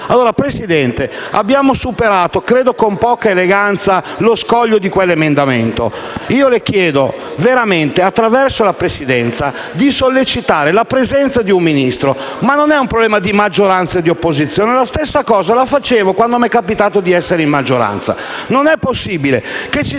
Signora Presidente, abbiamo superato, credo con poca eleganza, lo scoglio di quell'emendamento. Le chiedo, attraverso la Presidenza, di sollecitare la presenza di un Ministro, ma non per un problema di maggioranza e di opposizione, perché la stessa cosa la facevo quando ero nella maggioranza. Non è possibile che ci